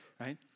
Right